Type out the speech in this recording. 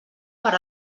per